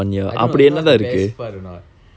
I don't know you know what's the best part or not